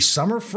Summer